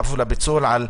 לפיצול.